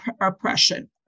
oppression